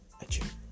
achieve